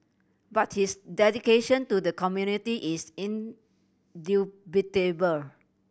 but his dedication to the community is indubitable